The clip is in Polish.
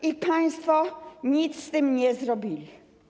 I państwo nic z tym nie zrobili.